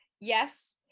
Yes